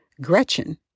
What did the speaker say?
Gretchen